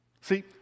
See